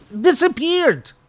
disappeared